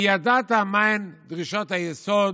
כי ידעת מהן דרישות היסוד